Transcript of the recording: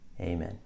Amen